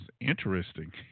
interesting